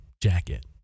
jacket